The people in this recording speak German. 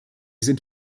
sind